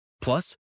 Plus